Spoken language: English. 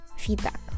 feedback